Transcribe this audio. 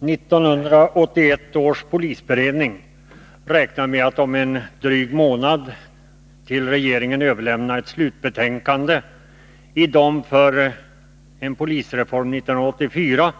Herr talman! 1981 års polisberedning räknar med att om en dryg månad till regeringen överlämna ett slutbetänkande i de för en polisreform 1984